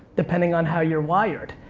depending on how you're wired.